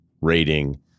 rating